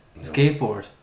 Skateboard